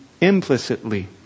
Implicitly